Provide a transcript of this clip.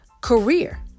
career